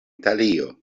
italio